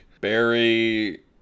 Barry